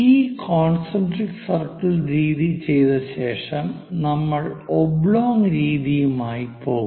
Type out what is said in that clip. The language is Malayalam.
ഈ കോൺസെൻട്രിക് സർക്കിൾ രീതി ചെയ്ത ശേഷം നമ്മൾ ഒബ്ലോങ് രീതിയുമായി പോകും